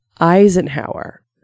Eisenhower